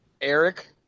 Eric